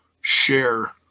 share